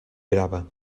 grava